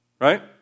right